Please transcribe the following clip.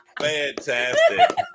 Fantastic